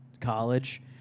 college